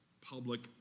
public